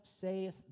saith